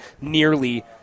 nearly